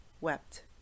wept